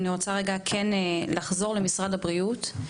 אני כן רוצה כרגע לחזור למשרד הבריאות.